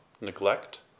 neglect